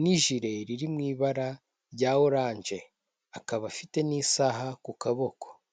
n'ijire, riri mw'ibara rya oranje, akaba afite n'isaha ku kaboko.